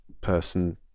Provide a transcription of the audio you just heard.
person